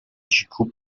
جیکوب